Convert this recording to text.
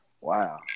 wow